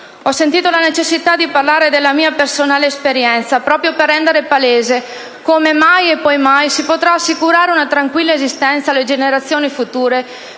Ho sentito la necessità di parlare della mia personale esperienza proprio per rendere palese come mai e poi mai si potrà assicurare una tranquilla esistenza alle generazioni future